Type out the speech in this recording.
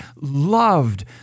loved